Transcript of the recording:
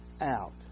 out